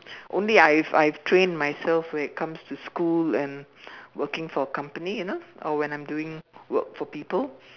only I've I've trained myself when it comes to school and working for company you know or when I'm doing work for people